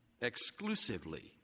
exclusively